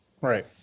Right